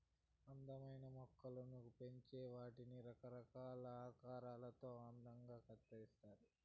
అందమైన మొక్కలను పెంచి వాటిని రకరకాల ఆకారాలలో అందంగా కత్తిరిస్తారు